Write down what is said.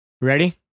Ready